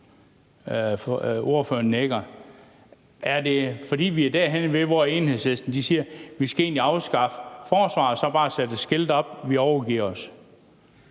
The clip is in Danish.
Ordføreren nikker. Er det, fordi vi er der, hvor Enhedslisten siger, at vi skal afskaffe forsvaret og så bare sætte et skilt op med ordene: Vi